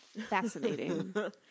fascinating